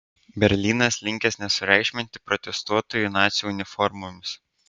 berlynas linkęs nesureikšminti protestuotojų nacių uniformomis